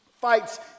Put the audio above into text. fights